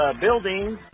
buildings